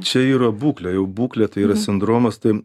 čia yra būklė jau būklė tai yra sindromas tai